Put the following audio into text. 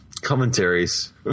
commentaries